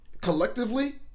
collectively